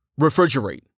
Refrigerate